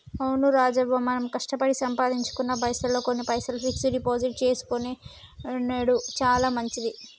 అవును రాజవ్వ మనం కష్టపడి సంపాదించుకున్న పైసల్లో కొన్ని పైసలు ఫిక్స్ డిపాజిట్ చేసుకొనెడు చాలా మంచిది